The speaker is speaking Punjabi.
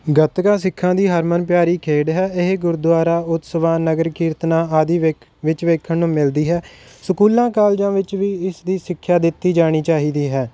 ਗੱਤਕਾ ਸਿੱਖਾਂ ਦੀ ਹਰਮਨ ਪਿਆਰੀ ਖੇਡ ਹੈ ਇਹ ਗੁਰਦੁਆਰਾ ਉਤਸਵਾਂ ਨਗਰ ਕੀਰਤਨਾਂ ਆਦਿ ਵਿੱਕ ਵਿੱਚ ਵੇਖਣ ਨੂੰ ਮਿਲਦੀ ਹੈ ਸਕੂਲਾਂ ਕਾਲਜਾਂ ਵਿੱਚ ਵੀ ਇਸ ਦੀ ਸਿੱਖਿਆ ਦਿੱਤੀ ਜਾਣੀ ਚਾਹੀਦੀ ਹੈ